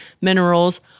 minerals